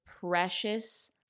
precious